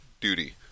duty